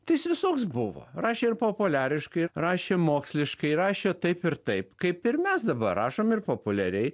tai jis visoks buvo rašė ir populiariškai rašė moksliškai rašė taip ir taip kaip ir mes dabar rašom ir populiariai